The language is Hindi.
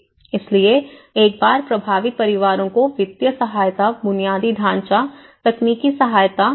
इसलिए एक बार प्रभावित परिवारों को वित्तीय सहायता बुनियादी ढाँचा तकनीकी सहायता मिल सकती है